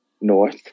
north